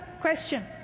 question